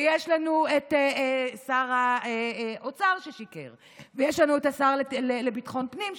ויש לנו שר אוצר ששיקר ויש לנו שר לביטחון פנים ששיקר.